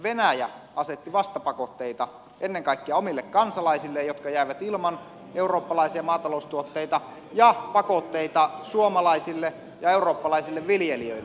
venäjä asetti vastapakotteita ennen kaikkea omille kansalaisilleen jotka jäävät ilman eurooppalaisia maataloustuotteita ja pakotteita suomalaisille ja eurooppalaisille viljelijöille